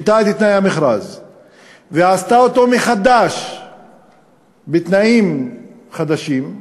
עשתה אותו מחדש בתנאים חדשים,